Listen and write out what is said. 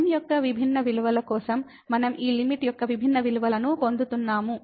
m యొక్క విభిన్న విలువల కోసం మనం ఈ లిమిట్ యొక్క విభిన్న విలువలను పొందుతున్నాము